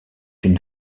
une